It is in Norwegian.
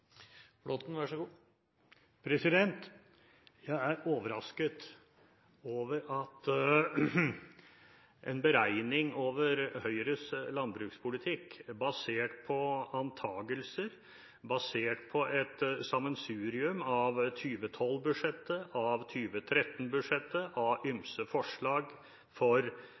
Jeg er overrasket over at en beregning av Høyres landbrukspolitikk, basert på antakelser, basert på et sammensurium av 2012-budsjettet, av 2013-budsjettet og av ymse forslag for